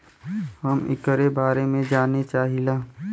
हम एकरे बारे मे जाने चाहीला?